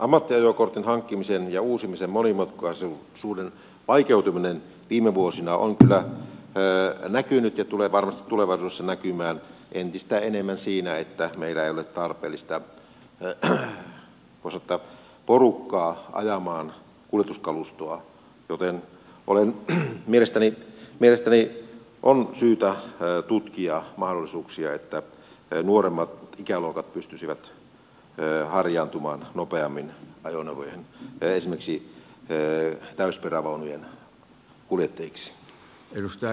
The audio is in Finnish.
ammattiajokortin hankkimisen ja uusimisen monimutkaisuuden vaikeutuminen viime vuosina on kyllä näkynyt ja tulee varmasti tulevaisuudessa näkymään entistä enemmän siinä että meillä ei ole tarpeellista voi sanoa porukkaa ajamaan kuljetuskalustoa joten mielestäni on syytä tutkia mahdollisuuksia että nuoremmat ikäluokat pystyisivät harjaantumaan nopeammin ajoneuvojen esimerkiksi täysperävaunujen kuljettajiksi